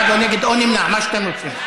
בעד או נגד או נמנע, מה שאתם רוצים.